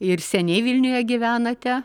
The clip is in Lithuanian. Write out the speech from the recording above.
ir seniai vilniuje gyvenate